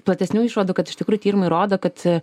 platesnių išvadų kad iš tikrųjų tyrimai rodo kad